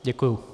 Děkuju.